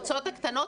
הקבוצות הקטנות?